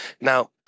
Now